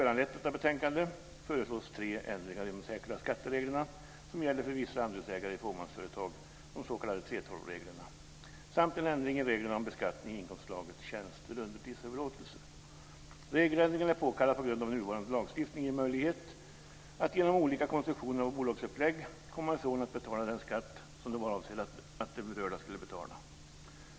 Regeländringarna är påkallade på grund av att nuvarande lagstiftning ger möjlighet att genom olika konstruktioner av bolagsupplägg komma ifrån att betala den skatt som det var avsett att de berörda skulle ha betalt.